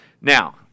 Now